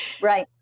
Right